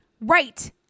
right